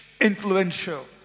influential